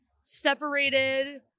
separated